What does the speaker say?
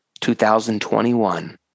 2021